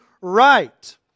right